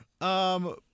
Um-